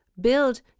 build